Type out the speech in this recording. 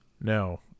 No